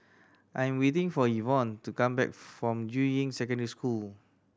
I'm waiting for Ivonne to come back from Juying Secondary School